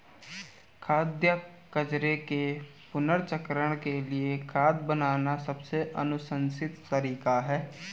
खाद्य कचरे के पुनर्चक्रण के लिए खाद बनाना सबसे अनुशंसित तरीका है